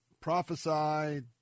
prophesied